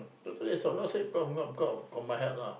totally I stop not say cause bec~ because of my health lah